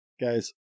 Guys